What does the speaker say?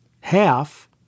half